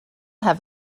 have